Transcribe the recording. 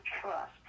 trust